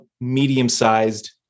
medium-sized